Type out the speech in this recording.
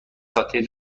خاطره